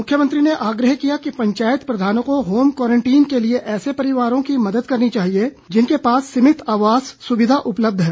मुख्यमंत्री ने आग्रह किया कि पंचायत प्रधानों को होम क्वारंटीन के लिए ऐसे परिवारों की मदद करनी चाहिए जिनके पास सीमित आवास सुविधा उपलब्ध है